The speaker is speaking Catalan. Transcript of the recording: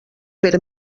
per